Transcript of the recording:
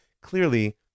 Clearly